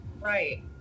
Right